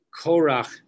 Korach